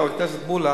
חבר הכנסת מולה,